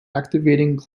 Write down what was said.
activating